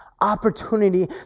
opportunity